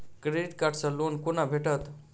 Credit card सँ loan कोना भेटत?